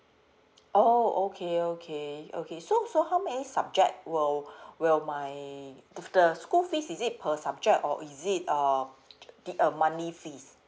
oh okay okay okay so so how many subject will will my the f~ the school fees is it per subject or is it uh the uh monthly fees